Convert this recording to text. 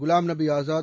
Ghulam Nabi Azad